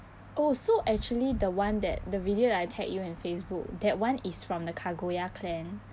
oh so actually the one that the video that I tag you in facebook that one is from the kagoya clan